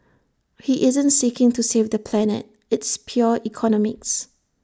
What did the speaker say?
he isn't seeking to save the planet it's pure economics